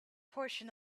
portion